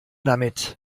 damit